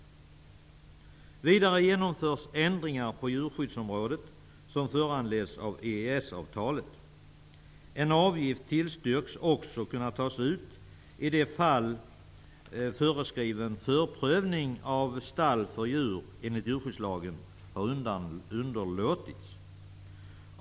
Vidare införs ändringar på djurskyddsområdet som föranleds av EES-avtalet. En avgift tillstyrks också kunna tas ut i de fall föreskriven förprövning av stall för djur enligt djurskyddslagen har underlåtits.